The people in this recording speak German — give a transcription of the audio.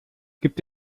gibt